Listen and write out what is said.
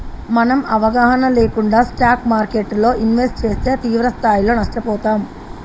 మనం అవగాహన లేకుండా స్టాక్ మార్కెట్టులో ఇన్వెస్ట్ చేస్తే తీవ్రస్థాయిలో నష్టపోతాం